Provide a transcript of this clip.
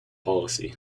policy